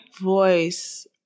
voice